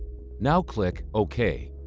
now click ok.